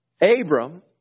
Abram